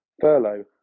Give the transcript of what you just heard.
furlough